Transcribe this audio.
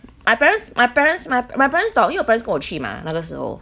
my parents my parents my my parents got because 我的 parents 跟我去嘛那个时候